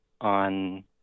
on